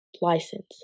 license